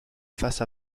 face